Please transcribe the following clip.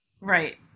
Right